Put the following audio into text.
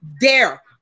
dare